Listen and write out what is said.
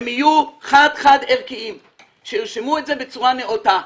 שיהיו חד-חד-ערכיים וירשמו את זה בצורה נאותה.